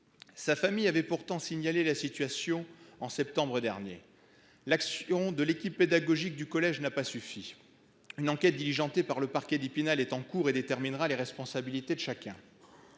Sa famille avait pourtant signalé la situation au mois de septembre dernier. L'action de l'équipe pédagogique du collège n'a pas suffi. Une enquête diligentée par le parquet d'Épinal est en cours et déterminera les responsabilités de chacun.